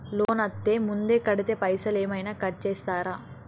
Loan అత్తే ముందే కడితే పైసలు ఏమైనా కట్ చేస్తరా?